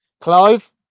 Clive